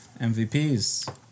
MVPs